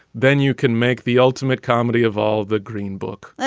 then you can make the ultimate comedy of all the green book